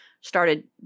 started